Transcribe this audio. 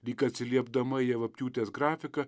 lyg atsiliepdama į javapjūtės grafiką